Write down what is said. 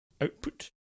output